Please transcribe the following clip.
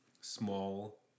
small